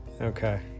Okay